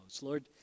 Lord